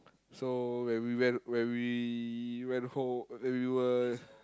so when we went when we went home when we were